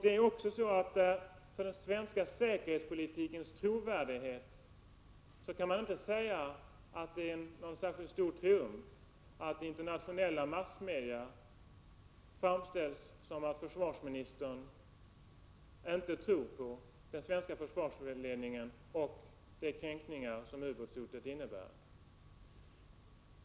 När det gäller den svenska säkerhetspolitikens trovärdighet kan man inte säga att det är någon särskilt stor triumf att detta i internationella massmedia framställs som om försvarsministern inte tror på den svenska försvarsledningen och de kränkningar som ubåtshotet innebär.